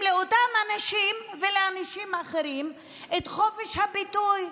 לאותם אנשים ולאנשים אחרים את חופש הביטוי.